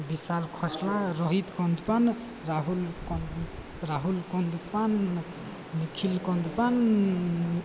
Vishal Khosla Rohit Kandapan Rahul Rahul Kandupan Nikhil Kandupan